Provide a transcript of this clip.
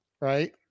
right